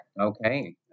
okay